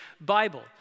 Bible